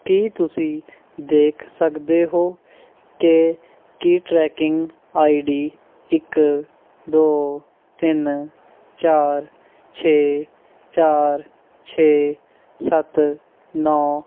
ਕੀ ਤੁਸੀਂ ਦੇਖ ਸਕਦੇ ਹੋ ਕਿ ਕੀ ਟਰੈਕਿੰਗ ਆਈ ਡੀ ਇੱਕ ਦੋ ਤਿੰਨ ਚਾਰ ਛੇ ਚਾਰ ਛੇ ਸੱਤ ਨੌ